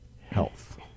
health